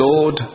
Lord